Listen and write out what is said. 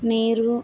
నీరు